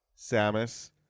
Samus